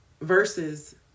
versus